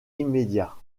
immédiat